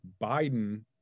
Biden